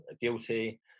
guilty